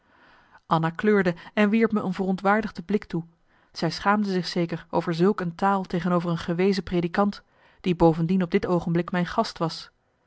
anna kleurde en wierp me een verontwaardigde marcellus emants een nagelaten bekentenis blik toe zij schaamde zich zeker over zulk een taal tegenover een gewezen predikant die bovendien op dit oogenblik mijn gast was